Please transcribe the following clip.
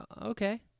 okay